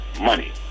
money